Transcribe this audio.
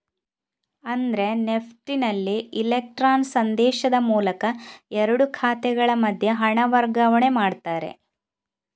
ಅಂದ್ರೆ ನೆಫ್ಟಿನಲ್ಲಿ ಇಲೆಕ್ಟ್ರಾನ್ ಸಂದೇಶದ ಮೂಲಕ ಎರಡು ಖಾತೆಗಳ ಮಧ್ಯೆ ಹಣ ವರ್ಗಾವಣೆ ಮಾಡ್ತಾರೆ